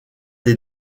des